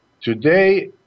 Today